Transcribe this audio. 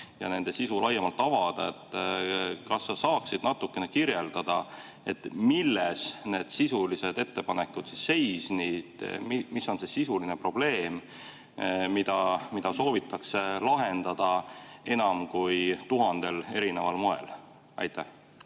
ja nende sisu laiemalt avada. Kas sa saaksid natukene kirjeldada, milles need sisulised ettepanekud siis seisid? Mis on see sisuline probleem, mida soovitakse lahendada enam kui 1000 erineval moel? Aitäh,